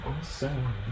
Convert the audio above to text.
Awesome